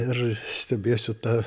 ir stebėsiu tą